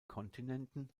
kontinenten